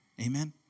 Amen